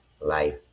life